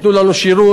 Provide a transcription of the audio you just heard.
ייתנו לנו שירות,